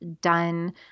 done